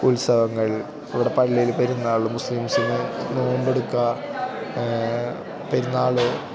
ഉത്സവങ്ങൾ ഇവിടെ പള്ളിയിൽ പെരുന്നാളും മുസ്ലിംസിന് നോമ്പെടുക്കാൻ പെരുന്നാൾ